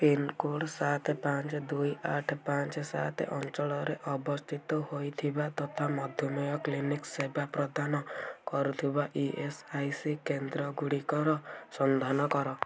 pincode ସାତ ପାଞ୍ଚ ଦୁଇ ଆଠ ପାଞ୍ଚ ସାତ ଅଞ୍ଚଳରେ ଅବସ୍ଥିତ ହୋଇଥିବା ତଥା ମଧୁମେହ କ୍ଲିନିକ୍ ସେବା ପ୍ରଦାନ କରୁଥିବା ଇ ଏସ୍ ଆଇ ସି କେନ୍ଦ୍ର ଗୁଡ଼ିକର ସନ୍ଧାନ କର